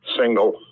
single